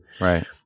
right